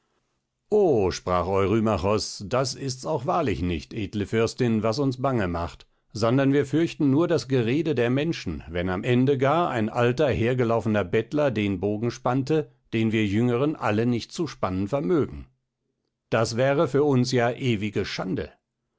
sprach eurymachos das ist's auch wahrlich nicht edle fürstin was uns bange macht sondern wir fürchten nur das gerede der menschen wenn am ende gar ein alter hergelaufener bettler den bogen spannte den wir jüngeren alle nicht zu spannen vermögen das wäre für uns ja ewige schande